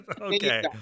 Okay